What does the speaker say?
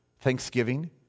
thanksgiving